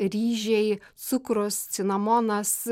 ryžiai cukrus cinamonas